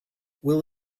will